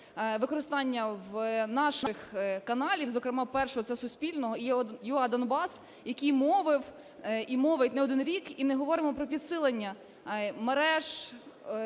використання наших каналів, зокрема, "Першого", це суспільного, і "UA:Донбас", який мовив і мовить не один рік, і не говоримо про підсилення мереж,